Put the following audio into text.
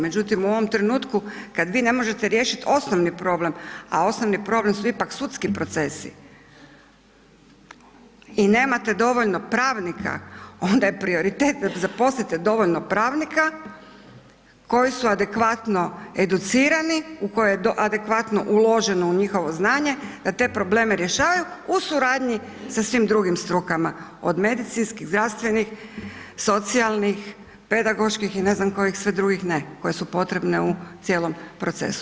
Međutim u ovom trenutku kad vi ne možete riješiti osnovni problem, a osnovni problem su ipak sudski procesi i nemate dovoljno pravnika onda je prioritet da zaposlite dovoljno pravnika koji su adekvatno educirani, u koje je adekvatno uloženo u njihovo znanje da te probleme rješavanju u suradnji sa svim drugim strukama od medicinskih, zdravstvenih, socijalnih, pedagoških i ne znam kojih svih drugih ne koje su potrebne u cijelom procesu.